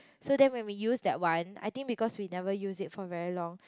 so then when we use that one I think because we never use it for very long